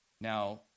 Now